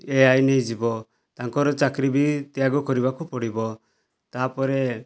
ଏ I ନେଇଯିବ ତାଙ୍କର ଚାକିରି ବି ତ୍ୟାଗ କରିବାକୁ ପଡ଼ିବ ତା'ପରେ